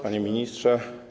Panie Ministrze!